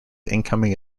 incoming